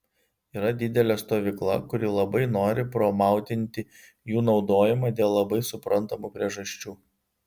yra didelė stovykla kuri labai nori promautinti jų naudojimą dėl labai suprantamų priežasčių